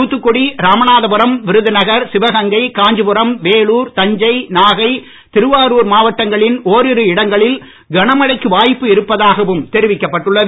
தூத்துக்குடி ராமநாதபுரம் விருதுநகர் சிவகங்கை காஞ்சிபுரம் வேலூர் தஞ்சை நாகை திருவாருர் மாவட்டங்களின் ஓரிரு இடங்களில் கனமழைக்கு வாய்ப்பு இருப்பதாகவும் தெரிவிக்கப்பட்டுள்ளது